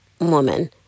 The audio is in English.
woman